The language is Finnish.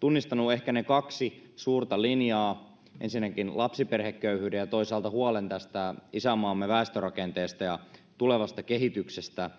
tunnistanut ehkä ne kaksi suurta linjaa ensinnäkin lapsiperheköyhyyden ja toisaalta huolen tästä isänmaamme väestörakenteesta ja tulevasta kehityksestä